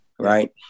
right